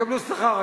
הם יקבלו שכר.